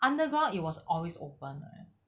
underground it was always open [one]